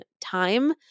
time